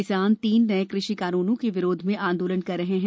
किसान तीन नए कृषि कानूनों के विरोध में आंदोलन कर रहे हैं